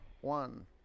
One